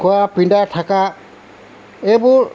খোৱা পিন্ধা থাকা এইবোৰ